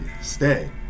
stay